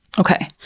okay